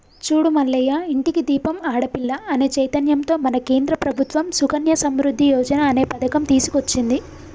చూడు మల్లయ్య ఇంటికి దీపం ఆడపిల్ల అనే చైతన్యంతో మన కేంద్ర ప్రభుత్వం సుకన్య సమృద్ధి యోజన అనే పథకం తీసుకొచ్చింది